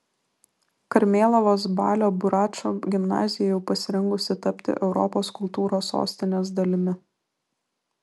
karmėlavos balio buračo gimnazija jau pasirengusi tapti europos kultūros sostinės dalimi